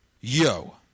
Yo